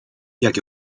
jak